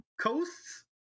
coasts